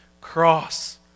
cross